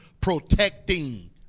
protecting